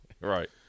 Right